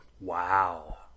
wow